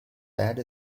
bad